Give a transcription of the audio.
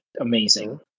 amazing